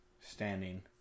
standing